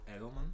Edelman